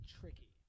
tricky